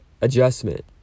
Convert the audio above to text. adjustment